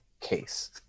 case